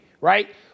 right